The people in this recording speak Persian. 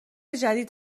جدید